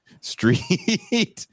Street